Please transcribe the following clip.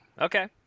Okay